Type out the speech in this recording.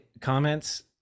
comments